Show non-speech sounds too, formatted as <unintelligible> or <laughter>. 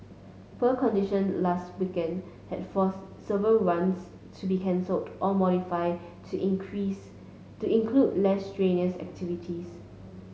poor condition last weekend had forced several runs to be cancelled or modified to <unintelligible> to include less strenuous activities